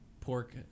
pork